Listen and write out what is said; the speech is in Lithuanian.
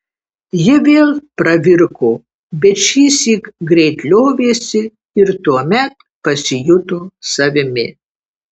ji vėl pravirko bet šįsyk greit liovėsi ir tuomet pasijuto savimi